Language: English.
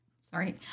Sorry